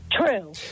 True